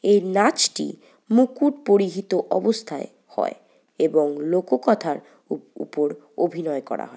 এই নাচটি মুকুট পরিহিত অবস্থায় হয় এবং লোককথার উপর অভিনয় করা হয়